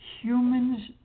humans